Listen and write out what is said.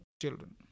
children